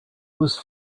was